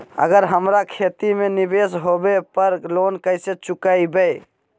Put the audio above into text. अगर हमरा खेती में निवेस होवे पर लोन कैसे चुकाइबे?